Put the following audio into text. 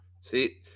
See